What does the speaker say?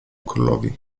królowi